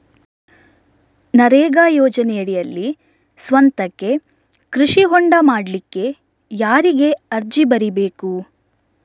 ನರೇಗಾ ಯೋಜನೆಯಡಿಯಲ್ಲಿ ಸ್ವಂತಕ್ಕೆ ಕೃಷಿ ಹೊಂಡ ಮಾಡ್ಲಿಕ್ಕೆ ಯಾರಿಗೆ ಅರ್ಜಿ ಬರಿಬೇಕು?